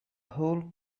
whole